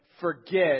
forget